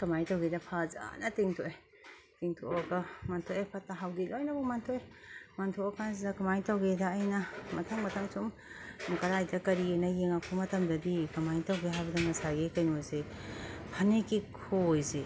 ꯀꯃꯥꯏꯅ ꯇꯧꯒꯦꯗ ꯐꯖꯅ ꯇꯤꯡꯊꯣꯛꯑꯦ ꯇꯤꯡꯊꯣꯛꯑꯒ ꯃꯟꯊꯣꯛꯑꯦ ꯐꯠꯇ ꯍꯥꯎꯗꯤ ꯂꯣꯏꯅꯃꯛ ꯃꯟꯊꯣꯛꯑꯦ ꯃꯟꯊꯣꯛꯑꯀꯥꯟꯁꯤꯗ ꯀꯃꯥꯏꯅ ꯇꯧꯒꯦꯗ ꯑꯩꯅ ꯃꯊꯪ ꯃꯊꯪ ꯁꯨꯝ ꯀꯔꯥꯏꯗ ꯀꯔꯤ ꯑꯅ ꯌꯦꯡꯉꯛꯄ ꯃꯇꯝꯗꯗꯤ ꯀꯃꯥꯏꯅ ꯇꯧꯒꯦ ꯍꯥꯏꯕꯗ ꯉꯁꯥꯏꯒꯤ ꯀꯩꯅꯣꯁꯦ ꯐꯅꯦꯛꯀꯤ ꯈꯣꯏꯁꯦ